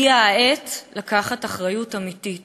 הגיעה העת לקחת אחריות אמיתית,